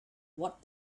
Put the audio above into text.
what